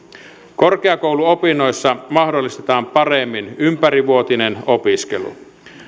korkeakouluopinnoissa mahdollistetaan paremmin ympärivuotinen opiskelu